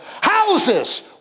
Houses